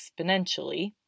exponentially